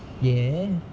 ya